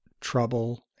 trouble